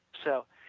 so,